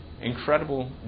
incredible